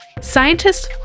scientists